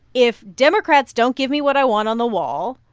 if democrats don't give me what i want on the wall,